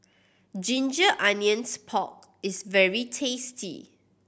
ginger onions pork is very tasty